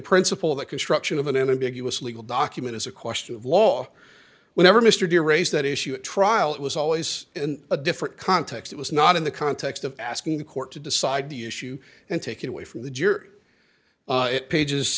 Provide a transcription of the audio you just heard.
principle that construction of an end of big u s legal document is a question of law whenever mr to raise that issue at trial it was always in a different context it was not in the context of asking the court to decide the issue and take it away from the jury